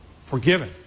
forgiven